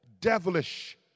devilish